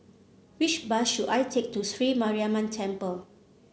which bus should I take to Sri Mariamman Temple